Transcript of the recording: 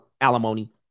alimony